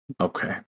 Okay